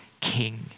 king